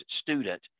student